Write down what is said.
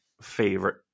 favorite